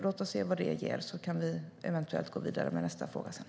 Låt oss se vad det ger, så kan vi eventuellt gå vidare sedan.